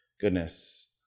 goodness